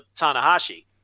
Tanahashi